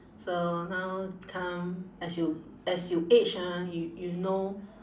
so now become as you as you age ah you you know